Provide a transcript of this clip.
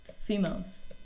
Females